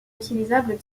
utilisables